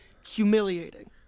humiliating